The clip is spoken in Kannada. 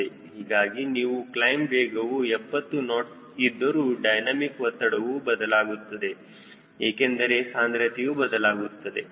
ಹೀಗಾಗಿ ನಿಮ್ಮ ಕ್ಲೈಮ್ ವೇಗವು 70 ನಾಟ್ಸ್ ಇದ್ದರೂ ಡೈನಮಿಕ್ ಒತ್ತಡವು ಬದಲಾಗುತ್ತದೆ ಏಕೆಂದರೆ ಸಾಂದ್ರತೆಯು ಬದಲಾಗುತ್ತದೆ